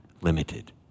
limited